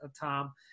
Tom